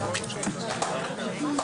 משמחים.